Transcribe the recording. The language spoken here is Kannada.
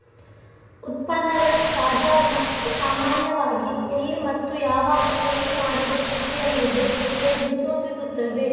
ಉತ್ಪನ್ನಗಳು ತಾಜಾ ಮತ್ತು ಸಾಮಾನ್ಯವಾಗಿ ಎಲ್ಲಿ ಮತ್ತು ಯಾವಾಗ ಕೊಯ್ಲು ಮಾಡಿದ ಸ್ಥಿತಿಯಲ್ಲಿದೆ ಎಂದು ಸೂಚಿಸುತ್ತದೆ